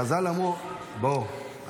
חז"ל אמרו: בואו,